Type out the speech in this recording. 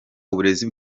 uburezi